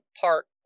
park